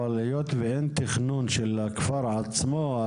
אבל היות ואין תכנון של הכפר עצמו,